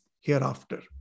hereafter